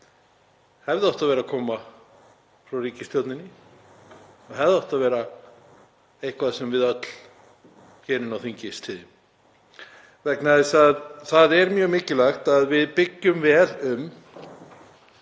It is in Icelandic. hefði átt að koma frá ríkisstjórninni og hefði átt að vera eitthvað sem við öll hér inni á þingi styddum vegna þess að það er mjög mikilvægt að við búum vel að